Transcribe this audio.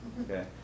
okay